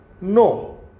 no